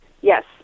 Yes